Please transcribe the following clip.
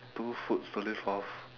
two foods to live off